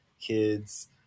kids